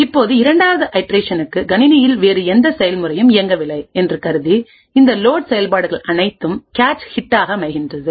இப்போது இரண்டாவது ஐட்ரேஷனுக்குகணினியில் வேறு எந்த செயல்முறையும் இயங்கவில்லை என்று கருதி இந்த லோட் செயல்பாடுகள் அனைத்தும் கேச் ஹிட்டாக அமைகின்றது